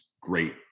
great